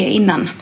innan